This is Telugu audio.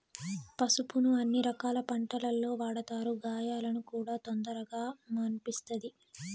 పసుపును అన్ని రకాల వంటలల్లో వాడతారు, గాయాలను కూడా తొందరగా మాన్పిస్తది